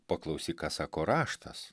paklausyk ką sako raštas